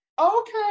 okay